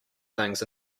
things